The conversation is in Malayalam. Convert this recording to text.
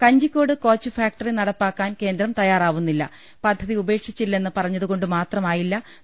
കഞ്ചിക്കോട് കോച്ച് ഫാക്ടറി നടപ്പാക്കാൻ കേന്ദ്രം തയ്യാറാവു പദ്ധതി ഉപേക്ഷിച്ചില്ലെന്ന് പറഞ്ഞതു കൊണ്ടു മാത്രമായില്ല ന്നില്ല